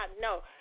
No